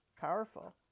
powerful